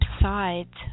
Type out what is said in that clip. sides